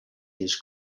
his